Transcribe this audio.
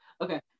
Okay